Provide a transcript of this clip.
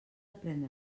prendre